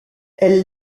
elle